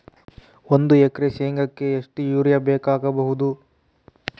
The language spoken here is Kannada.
ಒಂದು ಎಕರೆ ಶೆಂಗಕ್ಕೆ ಎಷ್ಟು ಯೂರಿಯಾ ಬೇಕಾಗಬಹುದು?